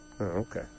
Okay